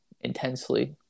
intensely –